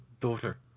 daughter